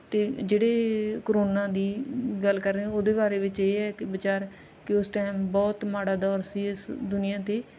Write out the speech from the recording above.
ਅਤੇ ਜਿਹੜੇ ਕਰੋਨਾ ਦੀ ਗੱਲ ਕਰ ਰਹੇ ਉਹਦੇ ਬਾਰੇ ਵਿੱਚ ਇਹ ਹੈ ਕਿ ਵਿਚਾਰ ਕਿ ਉਸ ਟਾਈਮ ਬਹੁਤ ਮਾੜਾ ਦੌਰ ਸੀ ਇਸ ਦੁਨੀਆਂ 'ਤੇ